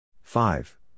five